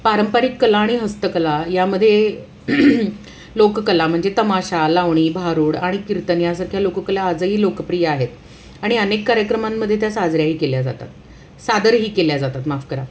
पारंपरिक कला आणि हस्तकला यामध्ये लोककला म्हणजे तमाशा लावणी भारुड आणि कीर्तन यासारख्या लोककला आजही लोकप्रिय आहेत आणि अनेक कार्यक्रमांमध्ये त्या साजऱ्याही केल्या जातात सादरही केल्या जातात माफ करा